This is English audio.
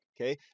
Okay